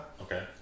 okay